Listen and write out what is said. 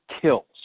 kills